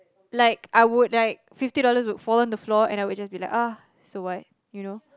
like I would like fifty dollars would fall on the floor and I'll just be like uh so what you know